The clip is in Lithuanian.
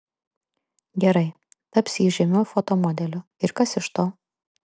gerai taps ji žymiu fotomodeliu ir kas iš to